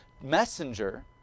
messenger